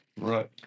Right